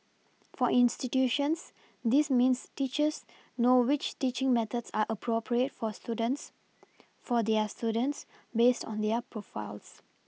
for institutions this means teachers know which teaching methods are appropriate for students for their students based on their profiles